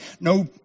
No